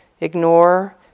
ignore